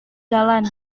jalan